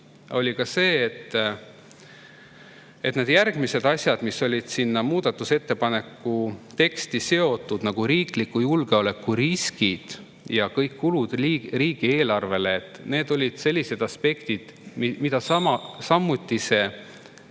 oli see, et need järgmised asjad, mis olid sinna muudatusettepaneku teksti seotud, nagu riikliku julgeoleku riskid ja kõik kulud riigieelarvele, on sellised aspektid, mida samuti